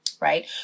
right